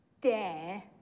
dare